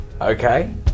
Okay